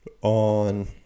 on